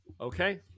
Okay